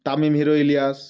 Tamim Hero Ilias